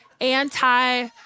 anti-